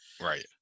Right